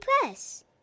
Press